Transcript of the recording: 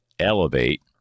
elevate